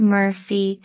Murphy